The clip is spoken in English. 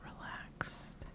relaxed